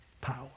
power